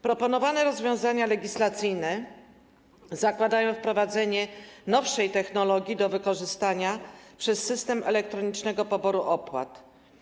Proponowane rozwiązania legislacyjne zakładają wprowadzenie nowszej technologii do wykorzystania przez system elektronicznego poboru opat.